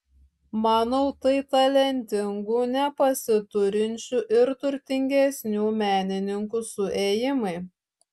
manau tai talentingų nepasiturinčių ir turtingesnių menininkų suėjimai